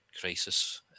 crisis